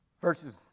Verses